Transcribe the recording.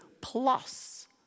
plus